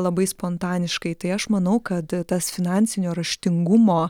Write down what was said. labai spontaniškai tai aš manau kad tas finansinio raštingumo